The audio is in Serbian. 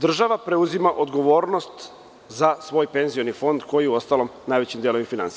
Država preuzima odgovornost za svoj penzioni fond koji, uostalom, najvećim delom i finansira.